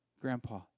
Grandpa